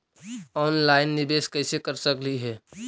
Online निबेस कैसे कर सकली हे?